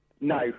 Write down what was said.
No